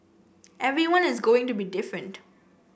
everyone is going to be different